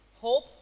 hope